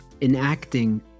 enacting